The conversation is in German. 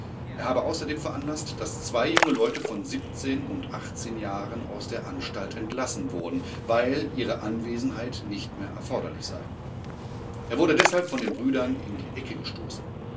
er habe außerdem veranlaßt daß zwei junge leute von und jahren aus der anstalt entlassen wurden weil ihre anwesenheit nicht mehr erforderlich sei er wurde deshalb von den brüdern in die ecke gestoßen